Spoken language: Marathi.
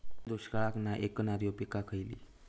दुष्काळाक नाय ऐकणार्यो पीका खयली?